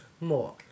more